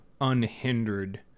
unhindered